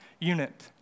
unit